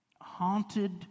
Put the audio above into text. haunted